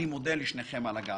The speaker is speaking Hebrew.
אני מודה לשניכם על הגעתכם.